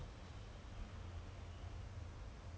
then and the free IPad